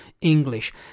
english